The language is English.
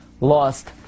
lost